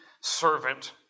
servant